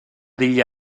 degli